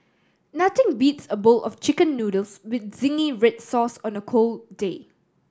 nothing beats a bowl of Chicken Noodles with zingy red sauce on a cold day